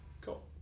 cool